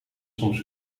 soms